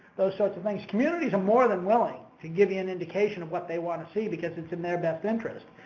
those sorts of things. communities are more than willing to give you an indication of what they want to see because it's in their best interest.